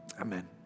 Amen